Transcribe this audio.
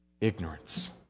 ignorance